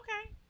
Okay